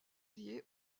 liées